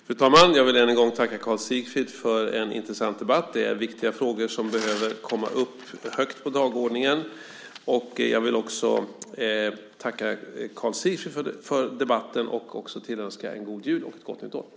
Fru talman! Jag vill än en gång tacka Karl Sigfrid för en intressant debatt. Det är viktiga frågor som behöver komma upp högt på dagordningen. Jag tillönskar Karl Sigfrid en god jul och ett gott nytt år.